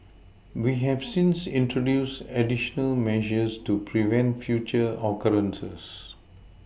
we have since introduced additional measures to prevent future occurrences